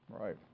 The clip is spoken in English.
Right